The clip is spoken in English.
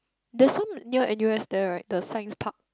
there's some near N_U_S there right the Science-Park